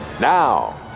Now